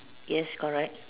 yes correct